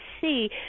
see